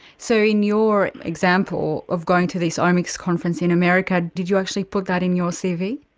so in your example of going to this omics conference in america, did you actually put that in your cv?